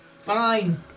Fine